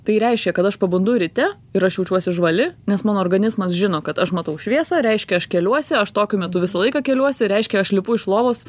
tai reiškia kad aš pabundu ryte ir aš jaučiuosi žvali nes mano organizmas žino kad aš matau šviesą reiškia aš keliuosi aš tokiu metu visą laiką keliuosi reiškia aš lipu iš lovos